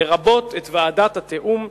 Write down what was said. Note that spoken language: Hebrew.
לרבות את ועדת התיאום,